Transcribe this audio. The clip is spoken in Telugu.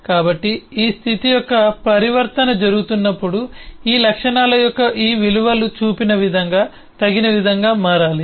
కాబట్టి ఈ స్థితి యొక్క పరివర్తన జరుగుతున్నప్పుడు ఈ లక్షణాల యొక్క ఈ విలువలు చూపిన విధంగా తగిన విధంగా మారాలి